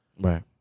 Right